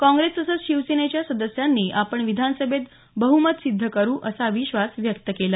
काँग्रेस तसंच शिवसेनेच्या सदस्यांनी आपण विधानसभेत बहुमत सिद्ध करू असा विश्वास व्यक्त केला